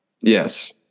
Yes